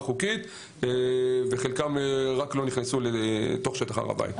חוקית וחלקם לא נכנסו לשטח הר הבית.